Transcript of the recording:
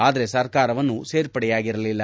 ಆದರೆ ಸರ್ಕಾರವನ್ನು ಸೇರ್ಪಡೆಯಾಗಿರಲಿಲ್ಲ